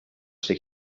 six